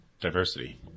diversity